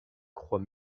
croix